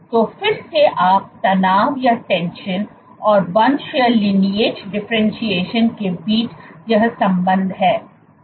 तो फिर से आप तनाव और वंश डिफरेंटशिएशन के बीच यह संबंध है